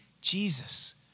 Jesus